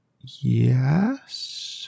Yes